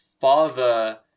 father